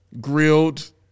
Grilled